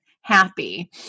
happy